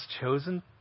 chosen